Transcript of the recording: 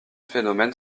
phénomène